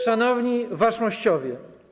Szanowni Waszmościowie!